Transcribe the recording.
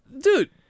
dude